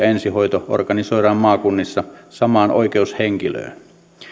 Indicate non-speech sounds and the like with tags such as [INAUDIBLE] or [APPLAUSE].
[UNINTELLIGIBLE] ensihoito organisoidaan maakunnissa samaan oikeushenkilöön